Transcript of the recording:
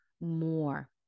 more